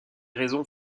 raisons